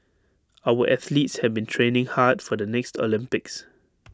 our athletes have been training hard for the next Olympics